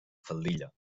faldilla